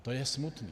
To je smutné.